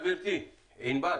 בבקשה, גברתי, ענבל.